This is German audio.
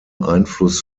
einfluss